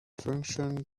function